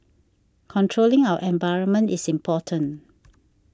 controlling our environment is important